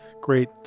great